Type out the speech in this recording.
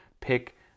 pick